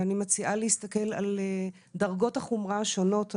ואני מציעה להסתכל על דרגות החומרה השונות.